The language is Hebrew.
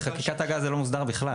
בחקיקת --- זה לא מוסדר בכלל.